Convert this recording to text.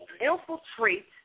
infiltrate